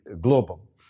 global